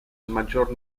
maggior